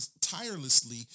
tirelessly